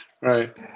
Right